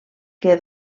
que